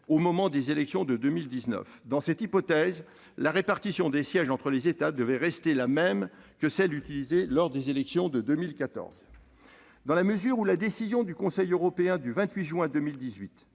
au moment des élections de 2019. Dans cette hypothèse, la répartition des sièges entre les États devait rester la même que celle qui a été utilisée lors des élections de 2014. Dans la mesure où la décision du Conseil européen du 28 juin 2018